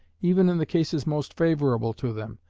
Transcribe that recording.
even in the cases most favourable to them,